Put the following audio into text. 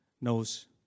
knows